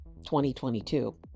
2022